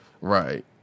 Right